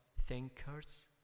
thinkers